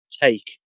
take